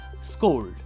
scold